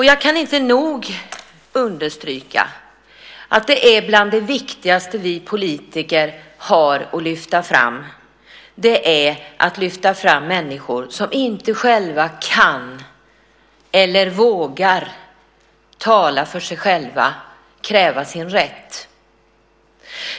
Jag kan inte nog understryka att bland det viktigaste vi politiker har att göra är att lyfta fram de människor som inte kan eller vågar tala för sig själva och kräva sin rätt.